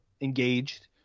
engaged